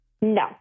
No